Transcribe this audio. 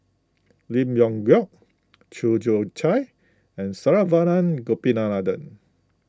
Lim Leong Geok Chew Joo Chiat and Saravanan Gopinathan